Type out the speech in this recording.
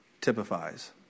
typifies